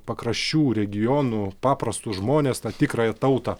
pakraščių regionų paprastus žmones tą tikrąją tautą